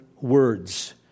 words